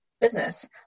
business